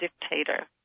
dictator